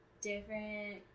different